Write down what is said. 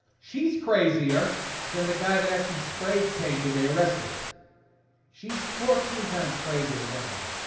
she's crazier than the guy that actually sprayed painted they arrested she's fourteen times crazier than that guy